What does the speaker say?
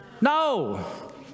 No